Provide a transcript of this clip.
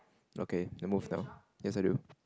okay then move down yes I do